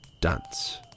dance